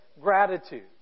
gratitude